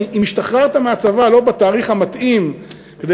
אם השתחררת מהצבא לא בתאריך המתאים כדי